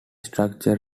structure